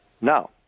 Now